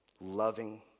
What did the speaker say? loving